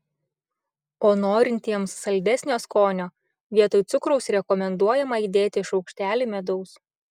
o norintiems saldesnio skonio vietoj cukraus rekomenduojama įdėti šaukštelį medaus